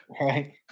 Right